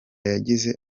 yagize